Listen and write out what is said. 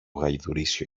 γαϊδουρίσιο